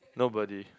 nobody